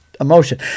emotion